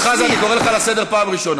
אז תן לי לסכם בבקשה.